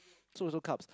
so also carbs